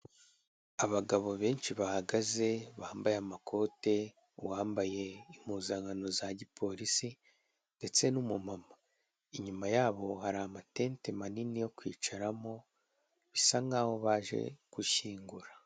Abagabo benshi bahagaze, bambaye amakote, uwambaye impuzankano za gipolisi ndetse n'umumama. Inyuma yabo hari amatente manini yo kwicaramo, bisa nkaho baje gushyingura.